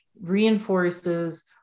reinforces